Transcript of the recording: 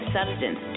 Substance